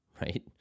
right